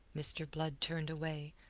mr. blood turned away,